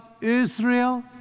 Israel